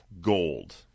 gold